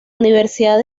universidad